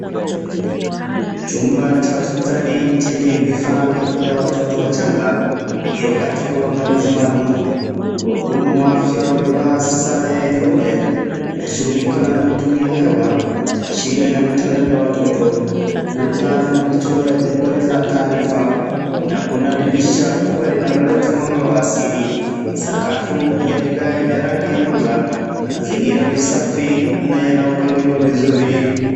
Chumba cha hospitali chenye vifaa vya kulea watoto wachanga iliyo katika uangalizi maalum. Wahudumu wa afya waliovaa sare nyeupe wanashungulika na mitungi ya hewa, mashine na vitanda vya watoto. Kuta zina michoro ya jedwali la taarifa na kuna dirisha kubwa linaloleta mwanga wa asili. Sakafu ya viga vya rangi ya mwanga, mazingira ni safi na yanayopangiliwa vizuri.